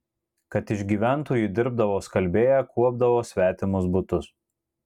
kad išgyventų ji dirbdavo skalbėja kuopdavo svetimus butus